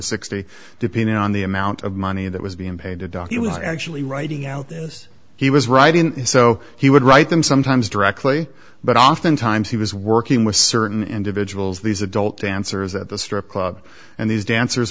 sixty depending on the amount of money that was being paid to document actually writing out this he was writing so he would write them sometimes directly but often times he was working with certain individuals these adult answers at the strip club and these dancers